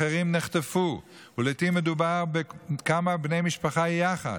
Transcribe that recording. אחרים נחטפו ולעיתים מדובר בכמה בני משפחה יחד.